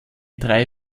drei